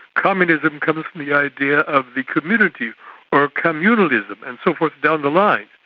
communism comes from the idea of the community or communalism, and so forth down the line.